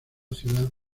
ciudad